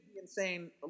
insane